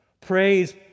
Praise